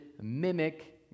mimic